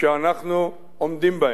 שאנחנו עומדים בהן.